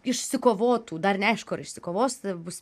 išsikovotų dar neaišku ar išsikovos bus